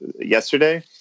yesterday